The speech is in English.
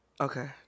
Okay